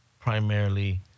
Primarily